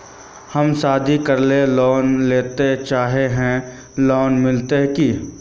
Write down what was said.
हम शादी करले लोन लेले चाहे है लोन मिलते की?